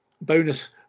bonus